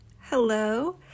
Hello